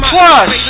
Plus